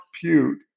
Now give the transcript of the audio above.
compute